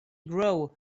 grow